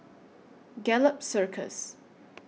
Gallop Circus